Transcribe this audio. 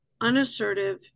unassertive